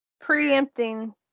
preempting